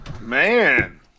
Man